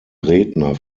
redner